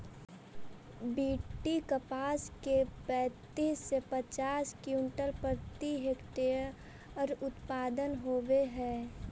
BT कपास के पैंतीस से पचास क्विंटल प्रति हेक्टेयर उत्पादन होवे हई